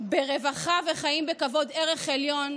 ברווחה וחיים בכבוד ערך עליון,